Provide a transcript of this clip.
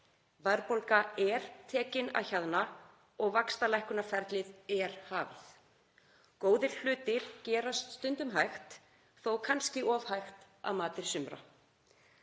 Verðbólga er tekin að hjaðna og vaxtalækkunarferli er hafið. Góðir hlutir gerast stundum hægt, þó kannski of hægt að mati sumra.